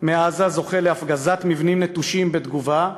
מעזה זוכה להפגזת מבנים נטושים בתגובה,